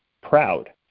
proud